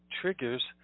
triggers